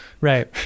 Right